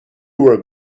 were